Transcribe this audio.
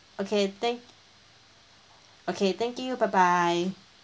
okay thank okay thank you bye bye